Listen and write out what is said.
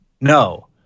No